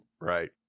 Right